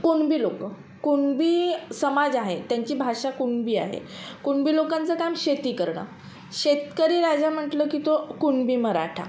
कुणबी लोकं कुणबी समाज आहे त्यांची भाषा कुणबी आहे कुणबी लोकांचं काम शेती करणं शेतकरी राजा म्हटलं की तो कुणबी मराठा